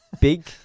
big